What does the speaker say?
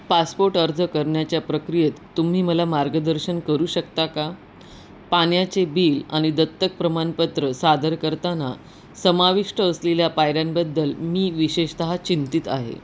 passport अर्ज करण्याच्या प्रक्रियेत तुम्ही मला मार्गदर्शन करू शकता का पाण्याचे बिल आणि दत्तक प्रमाणपत्र सादर करताना समाविष्ट असलेल्या पायऱ्यांबद्दल मी विशेषतः चिंतित आहे